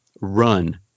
run